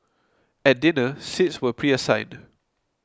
at dinner seats were preassigned